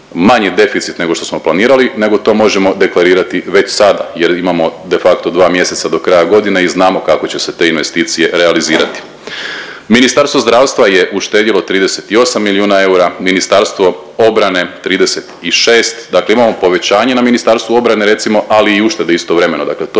deficit nego što smo planirati nego to možemo deklarirati već sada jer imamo de facto 2 mjeseca do kraja godine i znamo kako će se te investicije realizirati. Ministarstvo zdravstva je uštedjelo 38 milijuna eura, Ministarstvo obrane 36, dakle imamo povećanje na Ministarstvu obrane recimo ali i uštedu istovremeno, dakle to